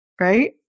right